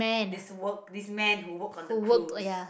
this work this man who work on the cruise